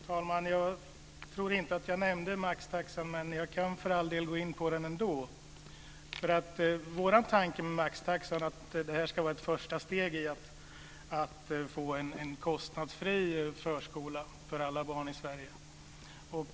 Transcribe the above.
Fru talman! Jag tror inte att jag nämnde maxtaxan, men jag kan för all del gå in på den ändå. Vår tanke med maxtaxan är att den ska vara ett första steg mot att få en kostnadsfri förskola för alla barn i Sverige.